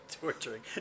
Torturing